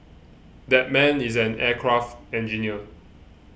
that man is an aircraft engineer